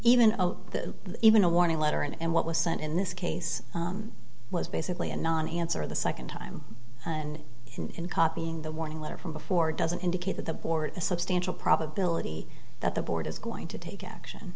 the even a warning letter in and what was sent in this case was basically a non answer the second time and in copying the warning letter from before doesn't indicate that the board a substantial probability that the board is going to take action